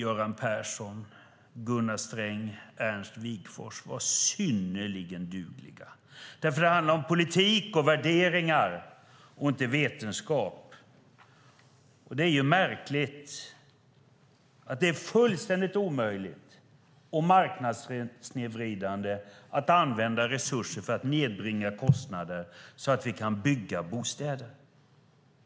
Ernst Wigforss, Gunnar Sträng och Göran Persson var synnerligen dugliga därför att det handlar om politik och värderingar, inte vetenskap. Det är märkligt att det är fullständigt omöjligt och marknadssnedvridande att använda resurser för att nedbringa kostnader så att vi kan bygga bostäder.